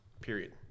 Period